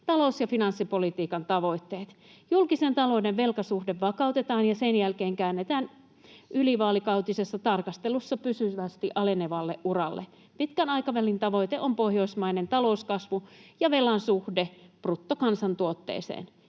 talous- ja finanssipolitiikan tavoitteet: Julkisen talouden velkasuhde vakautetaan ja sen jälkeen käännetään ylivaalikautisessa tarkastelussa pysyvästi alenevalle uralle. Pitkän aikavälin tavoite on pohjoismainen talouskasvu ja velan suhde bruttokansantuotteeseen.